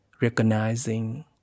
recognizing